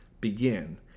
begin